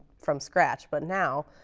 from scratch. but now,